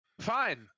Fine